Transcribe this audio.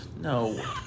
No